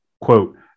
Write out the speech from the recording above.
quote